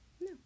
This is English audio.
no